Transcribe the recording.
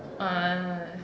orh